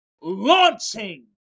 launching